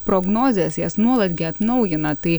prognozės jas nuolat gi atnaujina tai